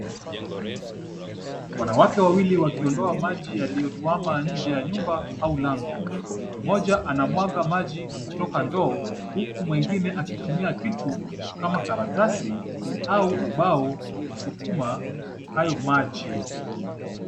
Wanawake wawili wakiondoa maji yaliyotwama nje ya nyumba au lango. Mmoja anamwaga maji kutoka ndoo, huku mwingine akitumia kitu kama karatasi au ubao kusukuma hayo maji.